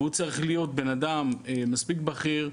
והוא צריך להיות בן אדם מספיק בכיר,